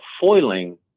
foiling